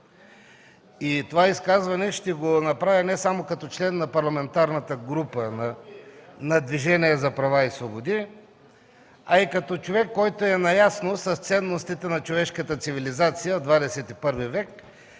това изказване не само като член на Парламентарната група на Движението за права и свободи, а и като човек, който е наясно с ценностите на човешката цивилизация в ХХІ век